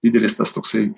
didelis tas toksai